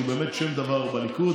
שהוא באמת שם דבר בליכוד,